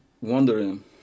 wondering